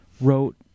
wrote